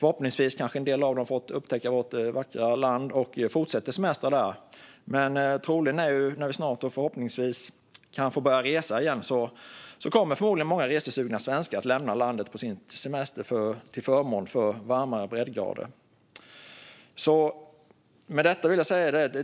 Förhoppningsvis kanske en del har fått upptäcka vårt vackra land och fortsätter att semestra här. Men troligt är att när vi snart och förhoppningsvis kan börja resa igen kommer många ressugna svenskar att lämna landet på sin semester för att resa till varmare breddgrader.